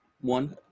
one